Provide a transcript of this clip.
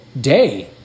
day